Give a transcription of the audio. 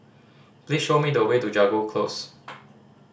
please show me the way to Jago Close